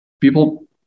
people